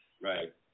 right